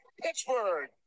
Pittsburgh